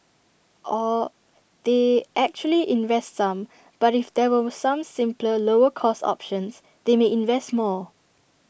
or they actually invest some but if there were some simpler lower cost options they may invest more